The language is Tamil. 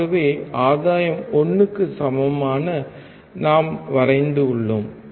ஆகவே ஆதாயம் 1 க்கு சமமாக நாம் வரைந்து உள்ளோம்